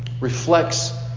reflects